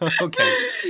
okay